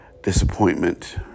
disappointment